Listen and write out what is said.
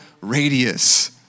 radius